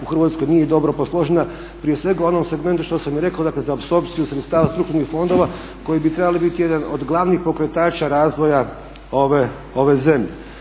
u Hrvatskoj nije dobro posložena, prije svega u onom segmentu što sam rekao dakle za apsorpciju sredstava strukturnih fondova koji bi trebali biti jedan od glavnih pokretača razvoja ove zemlje.